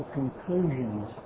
conclusions